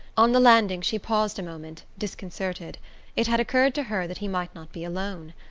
on the landing she paused a moment, disconcerted it had occurred to her that he might not be alone.